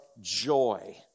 joy